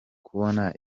kubona